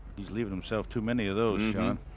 he's leaving himself too many of those sean.